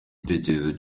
gitekerezo